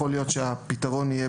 יכול להיות שהפתרון יהיה,